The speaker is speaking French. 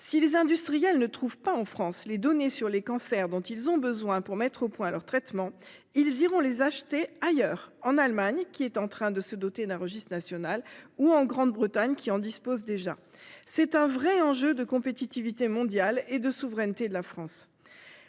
Si les industriels ne trouvent pas en France les données sur les cancers dont ils ont besoin pour mettre au point leurs traitements, ils iront les acheter ailleurs : en Allemagne, qui est en train de se doter d'un registre national, ou au Royaume-Uni, qui en dispose déjà. C'est un vrai enjeu de compétitivité mondiale et de souveraineté de la France.